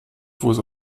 fuß